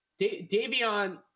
Davion